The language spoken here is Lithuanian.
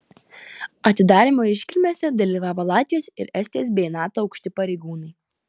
atidarymo iškilmėse dalyvavo latvijos ir estijos bei nato aukšti pareigūnai